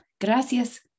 gracias